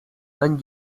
and